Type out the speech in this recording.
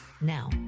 Now